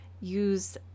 use